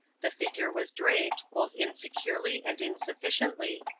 the figure was draped, both insecurely and insufficiently,